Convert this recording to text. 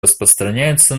распространяется